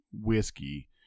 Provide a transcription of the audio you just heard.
whiskey